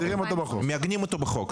מעגנים אותו בחוק?